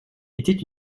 était